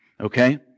okay